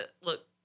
look